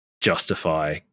justify